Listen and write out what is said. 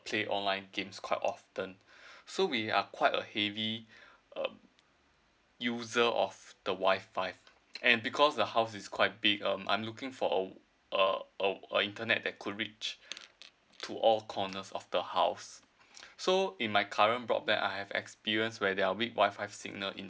play online games quite often so we are quite a heavy uh user of the wifi and because the house is quite big uh I'm looking for a uh uh uh a internet that could reach to all the corners of the house so in my current broadband I have experience where there are weak wifi signal in